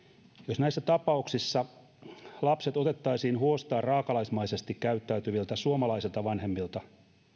jos näissä tapauksissa lapset otettaisiin huostaan raakalaismaisesti käyttäytyviltä suomalaisilta vanhemmilta